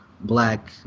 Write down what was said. black